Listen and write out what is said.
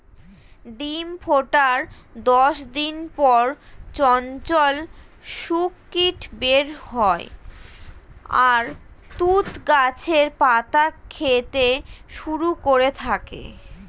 ডিম ফোটার দশ দিন পর চঞ্চল শূককীট বের হয় আর তুঁত গাছের পাতা খেতে শুরু করে থাকে